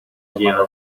llega